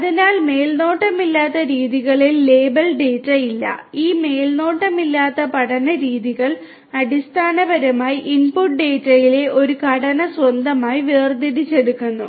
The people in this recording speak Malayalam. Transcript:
അതിനാൽ മേൽനോട്ടമില്ലാത്ത രീതികളിൽ ലേബൽ ഡാറ്റ ഇല്ല ഈ മേൽനോട്ടമില്ലാത്ത പഠന രീതികൾ അടിസ്ഥാനപരമായി ഇൻപുട്ട് ഡാറ്റയിലെ ഒരു ഘടന സ്വന്തമായി വേർതിരിച്ചെടുക്കുന്നു